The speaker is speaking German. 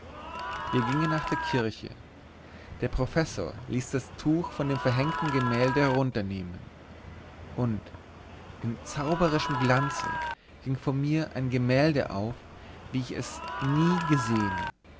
wir gingen nach der kirche der professor ließ das tuch von dem verhängten gemälde herunternehmen und in zauberischem glanze ging vor mir ein gemälde auf wie ich es nie gesehen